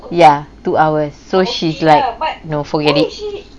ya two hours so she's like but no forget it